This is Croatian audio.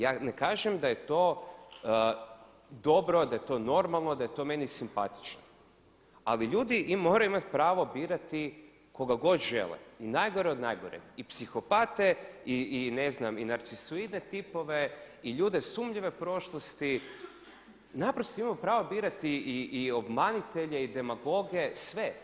Ja ne kažem da je to dobro, da je to normalno, da je to meni simpatično, ali ljudi moraju imati pravo birati koga god žele i najgore od najgoreg, i psihopate i narcisoidne tipove i ljude sumnjive prošlosti, naprosto imamo pravo birati i obmanitelje i demagoge, sve.